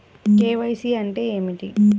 KYC అంటే ఏమి?